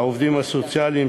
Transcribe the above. לעובדים הסוציאליים,